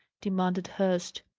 demanded hurst.